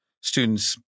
students